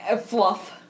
fluff